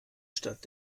stadt